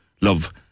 love